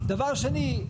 דבר שני,